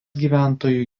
gyventojų